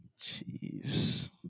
Jeez